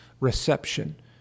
reception